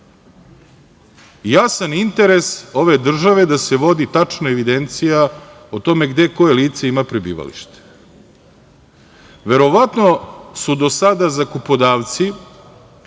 Jasan interes ove države je da se vodi tačna evidencija o tome gde koje lice ima prebivalište. Verovatno su do sada zakupodavci